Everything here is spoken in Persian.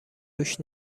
روش